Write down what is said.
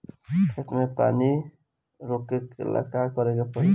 खेत मे पानी रोकेला का करे के परी?